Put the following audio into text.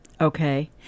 Okay